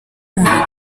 umuntu